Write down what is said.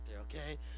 okay